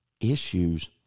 issues